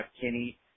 Kinney